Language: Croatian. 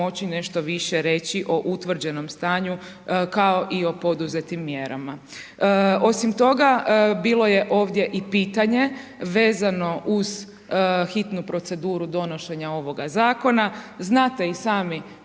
nešto više reći o utvrđenom stanju kao i o poduzetim mjerama. Osim toga, bilo je ovdje i pitanje vezano uz hitnu proceduru donošenja ovoga Zakona, znate i sami